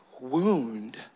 wound